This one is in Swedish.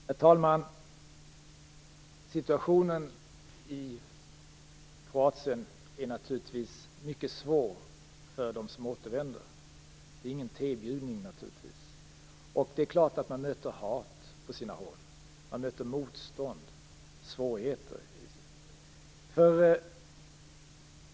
Herr talman! Situationen i Kroatien är mycket svår för dem som återvänder. Det är naturligtvis ingen tebjudning. Det är klart att man möter hat på sina håll. Man möter motstånd och svårigheter.